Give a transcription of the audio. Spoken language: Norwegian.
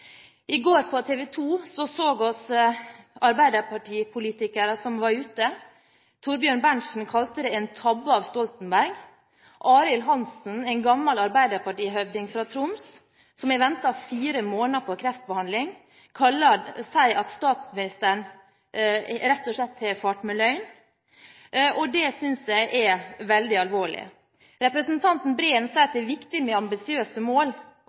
I går, på TV 2, så vi arbeiderpartipolitikere som uttalte seg: Thorbjørn Berntsen kalte det en tabbe av Stoltenberg. Arild Hansen, en gammel arbeiderpartihøvding fra Troms som har ventet fire måneder på kreftbehandling, sier at statsministeren rett og slett har fart med løgn. Det synes jeg er veldig alvorlig. Representanten Breen sier det er viktig med ambisiøse mål.